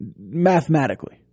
Mathematically